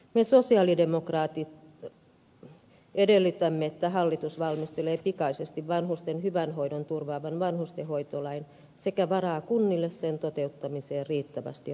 me sosialidemokraatit edellytämme että hallitus valmistelee pikaisesti vanhusten hyvän hoidon turvaavan vanhustenhoitolain sekä varaa kunnille sen toteuttamiseen riittävästi rahaa